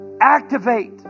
activate